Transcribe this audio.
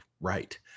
right